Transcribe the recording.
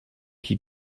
qui